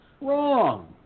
Wrong